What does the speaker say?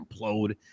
implode